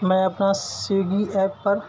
میں اپنا Swiggy app پر